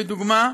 לדוגמה,